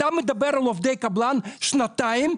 אתה מדבר על עובדי קבלן שנתיים,